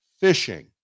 fishing